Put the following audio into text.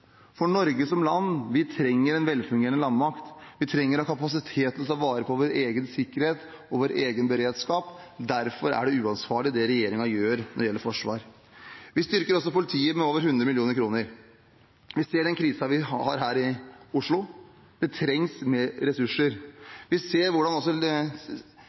stridsvogner. Norge som land trenger en velfungerende landmakt, vi trenger en kapasitet til å ta vare på vår egen sikkerhet og vår egen beredskap. Derfor er det uansvarlig det regjeringen gjør når det gjelder forsvar. Vi styrker også politiet med over 100 mill. kr. Vi ser den krisen vi har her i Oslo. Det trengs mer ressurser. Vi ser hvordan